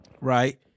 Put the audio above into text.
right